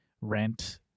rent